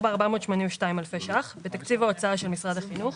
284,482 אלפי ₪ בתקציב ההוצאה של משרד החינוך